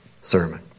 sermon